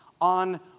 on